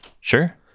Sure